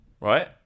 right